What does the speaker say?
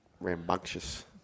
Rambunctious